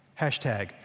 Hashtag